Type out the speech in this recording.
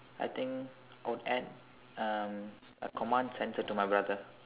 I think I would add um a command centre to my brother